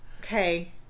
Okay